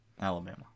Alabama